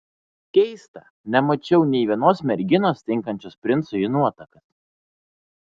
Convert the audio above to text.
keista nemačiau nė vienos merginos tinkančios princui į nuotakas